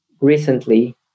recently